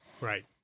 Right